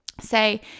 say